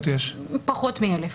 פחות מ-1,000.